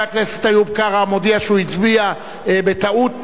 הכנסת איוב קרא מודיע שהוא הצביע בטעות נגד,